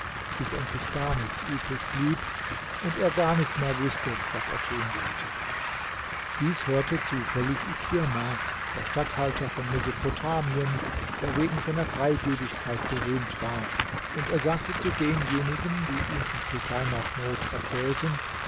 bis endlich gar nichts übrig blieb und er gar nicht mehr wußte was er tun sollte dies hörte zufällig ikirma der statthalter von mesopotamien der wegen seiner freigebigkeit berühmt war und er sagte zu denjenigen die ihm von chuseimas not erzählten